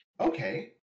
Okay